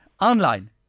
Online